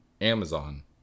Amazon